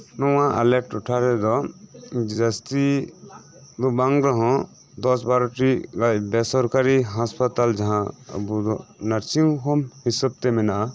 ᱱᱚᱶᱟ ᱟᱞᱮ ᱴᱚᱴᱷᱟ ᱨᱮᱫᱚ ᱡᱟᱹᱥᱛᱤ ᱫᱚ ᱵᱟᱝ ᱨᱮᱦᱚᱸ ᱫᱚᱥ ᱵᱟᱨᱚᱴᱤ ᱜᱟᱱ ᱵᱮᱥᱚᱨᱠᱟᱨᱤ ᱦᱟᱥᱯᱟᱛᱟᱞ ᱡᱟᱦᱟᱸ ᱟᱵᱚᱫᱚ ᱱᱟᱨᱥᱤᱝ ᱦᱳᱢ ᱦᱤᱥᱟᱹᱵᱽ ᱛᱮ ᱢᱮᱱᱟᱜᱼᱟ